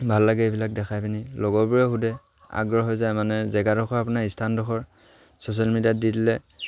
ভাল লাগে এইবিলাক দেখাই পিনি লগৰবোৰে সুধে আগ্ৰহ হৈ যায় মানে জেগাডোখৰ আপোনাৰ স্থানডোখৰ ছ'চিয়েল মিডিয়াত দি দিলে